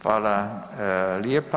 Hvala lijepa.